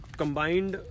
combined